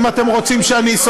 האם אתם רוצים שאני,